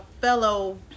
fellow